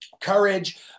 courage